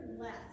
less